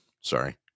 Sorry